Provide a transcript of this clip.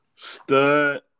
Stud